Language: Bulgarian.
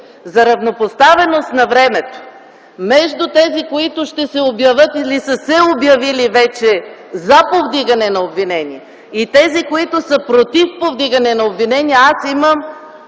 за равнопоставеност на времето между тези, които ще се обявят или са се обявили вече за повдигане на обвинение, и тези, които са против повдигане на обвинение, аз имам